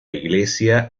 iglesia